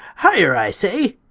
higher i say!